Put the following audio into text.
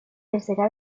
tercera